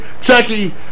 Chucky